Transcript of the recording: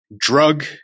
drug